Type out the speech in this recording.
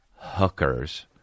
hookers